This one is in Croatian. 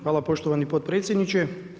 Hvala poštovani potpredsjedniče.